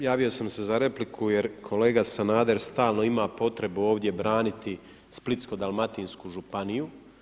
Pa kao javio sam se za repliku jer kolega Sanader stalno ima potrebu ovdje braniti Splitsko-dalmatinsku županiju.